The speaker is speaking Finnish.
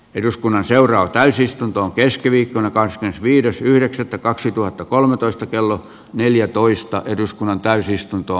eduskunnan seuraa täysistuntoon keskiviikkonakaan viides yhdeksättä kaksituhattakolmetoista kello neljätoista eduskunnan säästämään